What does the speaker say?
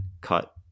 cut